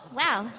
wow